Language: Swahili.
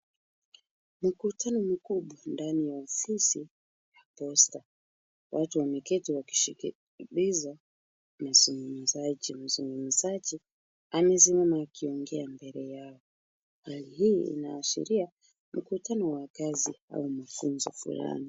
Mkutano mkubwa ndani ya ofisi ya posta. Watu wameketi wakisikiliza mzungumzaji . Mzungumzaji amesimama akiongea mbele yao. Hali hii inaashiria mkutano wa kazi au mafunzo fulani.